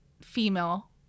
female